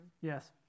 Yes